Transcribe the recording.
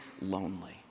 lonely